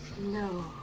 No